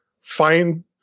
find